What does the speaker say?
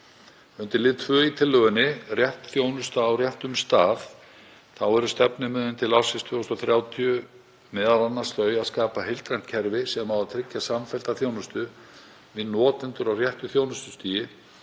Undir lið 2 í tillögunni, Rétt þjónusta á réttum stað, eru stefnumiðin til ársins 2030 m.a. þau að skapa heildrænt kerfi sem á að tryggja samfellda þjónustu við notendur á réttu þjónustustigi